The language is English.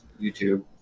YouTube